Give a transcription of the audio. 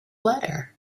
letter